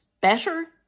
better